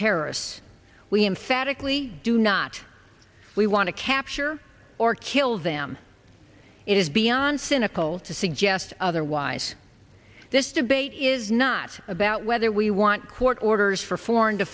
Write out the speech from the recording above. terrorists we emphatically do not we want to capture or kill them it is beyond cynical to suggest otherwise this debate is not about whether we want court orders for foreign to